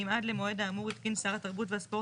אם עד למועד האמור התקין שר התרבות והספורט